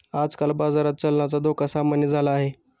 आजकाल बाजारात चलनाचा धोका सामान्य झाला आहे